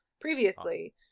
previously